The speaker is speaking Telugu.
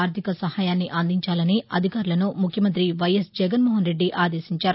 ఆర్దిక సహాయాన్ని అందిచాలని అధికారులను ముఖ్యమంత్రి వైఎస్ జగన్మోహన్రెడ్డి ఆదేశించారు